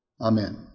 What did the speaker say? Amen